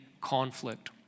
conflict